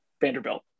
Vanderbilt